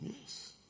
Yes